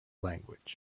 language